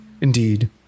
Indeed